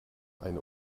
eine